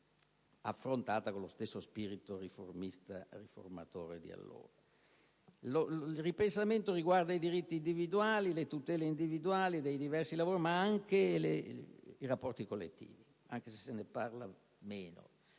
ma va poi affrontata con lo stesso spirito riformista e riformatore di allora. Il ripensamento riguarda i diritti e le tutele individuali dei diversi lavori, ma anche i rapporti collettivi, anche se se ne parla meno.